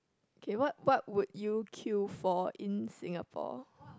okay what what would you queue for in Singapore